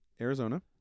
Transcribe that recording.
Arizona